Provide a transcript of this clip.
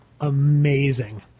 amazing